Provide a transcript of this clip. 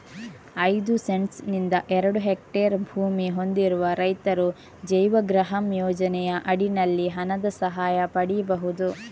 ಐದು ಸೆಂಟ್ಸ್ ನಿಂದ ಎರಡು ಹೆಕ್ಟೇರ್ ಭೂಮಿ ಹೊಂದಿರುವ ರೈತರು ಜೈವಗೃಹಂ ಯೋಜನೆಯ ಅಡಿನಲ್ಲಿ ಹಣದ ಸಹಾಯ ಪಡೀಬಹುದು